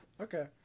Okay